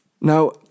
now